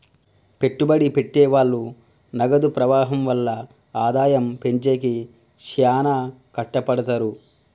పెట్టుబడి పెట్టె వాళ్ళు నగదు ప్రవాహం వల్ల ఆదాయం పెంచేకి శ్యానా కట్టపడతారు